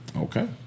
Okay